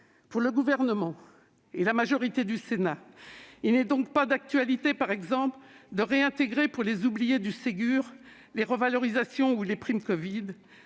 Pour le Gouvernement et la majorité du Sénat, il n'est donc pas d'actualité, par exemple, de réintégrer pour les oubliés du Ségur les revalorisations ou les primes covid.